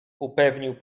upewnił